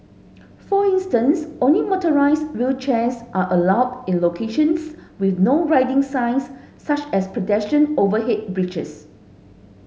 for instance only motorised wheelchairs are allowed in locations with No Riding signs such as pedestrian overhead bridges